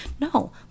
No